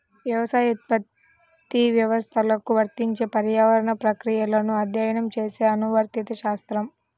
వ్యవసాయోత్పత్తి వ్యవస్థలకు వర్తించే పర్యావరణ ప్రక్రియలను అధ్యయనం చేసే అనువర్తిత శాస్త్రం